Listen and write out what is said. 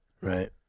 Right